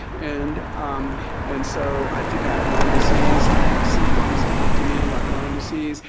and and so, i think i have lyme disease. i have symptoms that look to me like lyme disease.